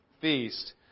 feast